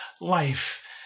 life